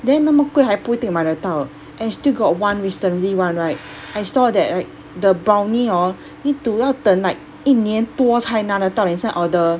then 那么贵还不一定买得到 and still got one recently one right I saw that right the brownie hor need to 要等 like 一年多才拿得到 leh 这个 order